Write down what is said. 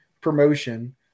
promotion